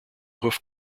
hoof